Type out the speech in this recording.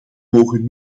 mogen